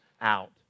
out